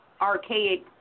archaic